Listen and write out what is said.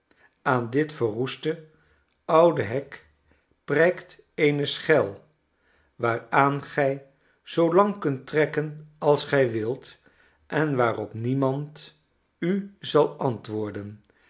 aan dit verroeste oude hek prijkt eene schel waaraan gij zoo lang kunt trekken als gij wilt en waarop niemand u zal antwoorden